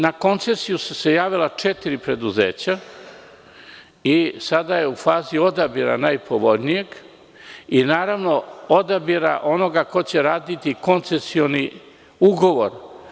Na koncesiju su se javila četiri preduzeća i sada je u fazi odabira najpovoljnijeg i, naravno, odabira onog ko će raditi koncesioni ugovor.